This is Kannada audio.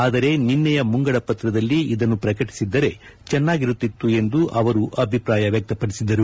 ಆದರೆ ನಿನ್ನೆಯ ಮುಂಗಡಪತ್ರದಲ್ಲಿ ಇದನ್ನು ಪ್ರಕಟಿಸಿದ್ದರೆ ಚೆನ್ನಾಗಿರುತಿತ್ತು ಎಂದು ಅಭಿಪ್ರಾಯ ವ್ಯಕ್ತಪಡಿಸಿದರು